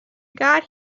got